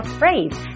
phrase